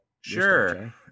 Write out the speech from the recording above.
sure